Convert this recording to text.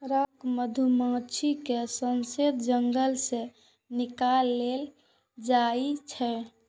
rock मधुमाछी के शहद जंगल सं निकालल जाइ छै